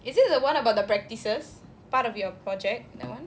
is it the [one] about the practices part of your project that [one]